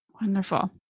Wonderful